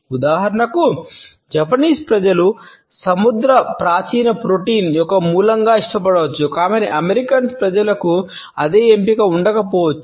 ఉదాహరణకు జపనీస్ ప్రజలు సముద్రపు పాచిని ప్రోటీన్ యొక్క మూలంగా ఇష్టపడవచ్చు కాని అమెరికన్ ప్రజలకు అదే ఎంపిక ఉండకపోవచ్చు